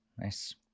nice